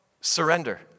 Surrender